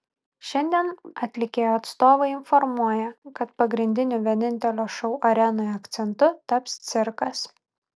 šiandien atlikėjo atstovai informuoja kad pagrindiniu vienintelio šou arenoje akcentu taps cirkas